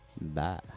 Bye